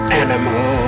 animal